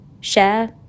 share